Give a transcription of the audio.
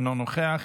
אינו נוכח,